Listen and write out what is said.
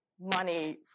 money